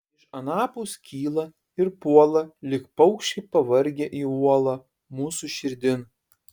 iš anapus kyla ir puola lyg paukščiai pavargę į uolą mūsų širdin